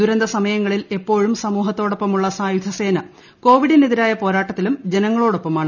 ദുരന്ത സമയങ്ങളിൽ എപ്പോഴും സമൂഹത്തോടൊപ്പമുള്ള സായുധസേന കോവിഡിനെതിരായ പോരാട്ടത്തിലും ജനങ്ങളോടൊപ്പമാണ്